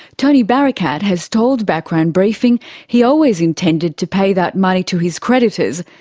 tony barakat has told background briefing he always intended to pay that money to his creditors,